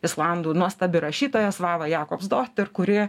islandų nuostabi rašytoja svava jakobs doter kuri